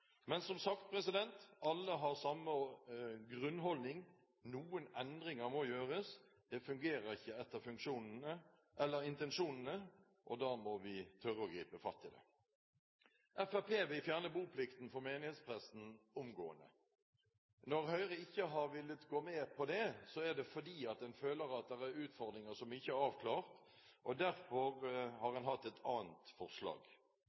Men, som sagt, alle har samme grunnholdning: Noen endringer må gjøres. Det fungerer ikke etter intensjonene, og da må vi tørre å gripe fatt i det. Fremskrittspartiet vil fjerne boplikten for menighetspresten omgående. Når Høyre ikke har villet gå med på det, er det fordi en føler at det er utfordringer som ikke er avklart. Derfor har en hatt et annet forslag.